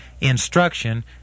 instruction